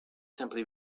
simply